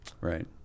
Right